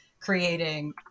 creating